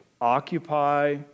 Occupy